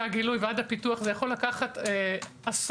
הגילוי ועד הפיתוח - יכול לקחת עשור.